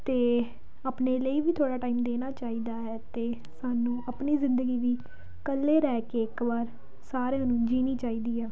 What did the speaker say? ਅਤੇ ਆਪਣੇ ਲਈ ਵੀ ਥੋੜ੍ਹਾ ਟਾਈਮ ਦੇਣਾ ਚਾਹੀਦਾ ਹੈ ਅਤੇ ਸਾਨੂੰ ਆਪਣੀ ਜ਼ਿੰਦਗੀ ਵੀ ਇਕੱਲੇ ਰਹਿ ਕੇ ਇੱਕ ਵਾਰ ਸਾਰਿਆਂ ਨੂੰ ਜੀਣੀ ਚਾਹੀਦੀ ਹੈ